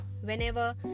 whenever